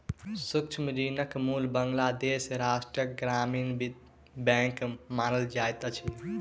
सूक्ष्म ऋणक मूल बांग्लादेश राष्ट्रक ग्रामीण बैंक मानल जाइत अछि